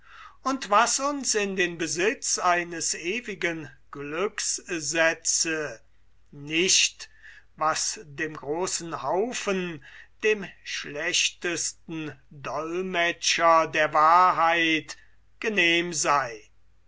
und was uns in den besitz eines ewigen glücks setze nicht was dem großen haufen dem schlechtesten dolmetscher der wahrheit genehm sei